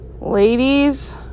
ladies